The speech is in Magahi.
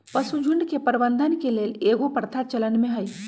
पशुझुण्ड के प्रबंधन के लेल कएगो प्रथा चलन में हइ